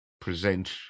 present